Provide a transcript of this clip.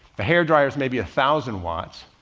the hairdryers, maybe a thousand watts,